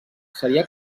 seria